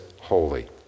holy